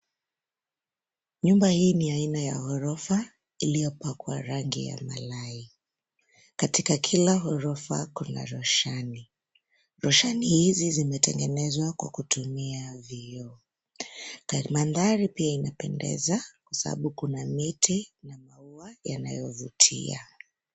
Nyumba hii ni ya aina ya ghorofa iliyopakwa rangi ya malai. Katika kila ghorofa kuna roshani. Roshani hizi zimetengenezwa kwa kutumia vioo. Mandhari pia inapendeza kwa sababu kuna miti na maua yanayovutia.